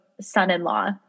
son-in-law